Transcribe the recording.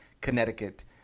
Connecticut